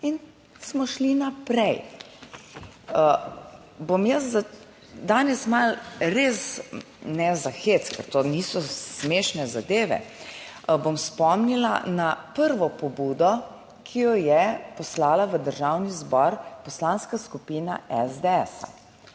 niso smešne zadeve, bom spomnila na prvo pobudo, ki jo je poslala v Državni zbor Poslanska skupina SDS,